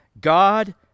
God